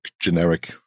generic